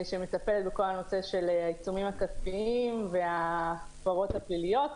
שמטפלת בכל הנושא של העיצומים הכספיים וההפרות הפליליות.